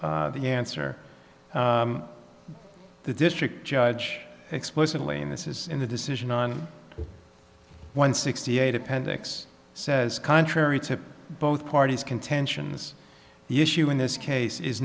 l the answer the district judge explicitly and this is in the decision on one sixty eight appendix says contrary to both parties contentions the issue in this case is